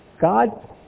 God